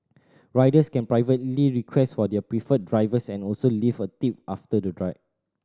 riders can privately request for their preferred drivers and also leave a tip after the